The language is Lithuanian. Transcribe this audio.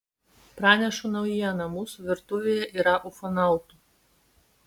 pranešu naujieną mūsų virtuvėje yra ufonautų